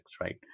right